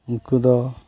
ᱩᱱᱠᱩ ᱫᱚ